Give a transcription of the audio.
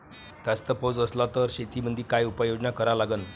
जास्त पाऊस असला त शेतीमंदी काय उपाययोजना करा लागन?